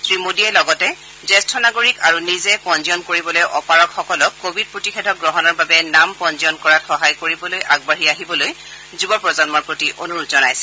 শ্ৰীমোদীয়ে লগতে জ্যেষ্ঠ নাগৰিক আৰু নিজে পঞ্জীয়ন কৰিবলৈ অপাৰগসকলক কোৱিড প্ৰতিষেধক গ্ৰহণৰ বাবে নাম পঞ্জীয়ন কৰাত সহায় কৰিবলৈ আগবাঢ়ি আহিবলৈ যুৱ প্ৰজন্মৰ প্ৰতি অনুৰোধ জনাইছিল